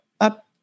up